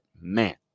Man